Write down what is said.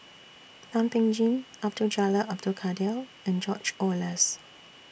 Thum Ping Tjin Abdul Jalil Abdul Kadir and George Oehlers